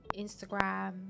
Instagram